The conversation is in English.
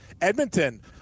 Edmonton